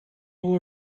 will